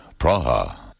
Praha